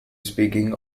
speaking